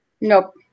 Nope